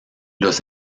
los